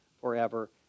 forever